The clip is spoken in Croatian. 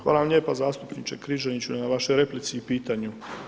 Hvala vam lijepa zastupničke Križaniću na vašoj replici i pitanju.